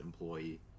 employee